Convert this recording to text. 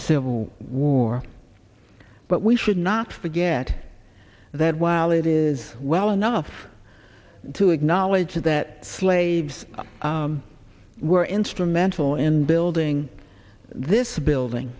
civil war but we should not forget that while it is well enough to acknowledge that slaves were instrumental in building this building